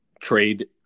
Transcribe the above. trade